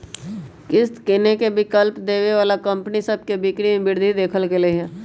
किस्त किनेके विकल्प देबऐ बला कंपनि सभ के बिक्री में वृद्धि देखल गेल हइ